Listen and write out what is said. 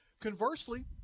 Conversely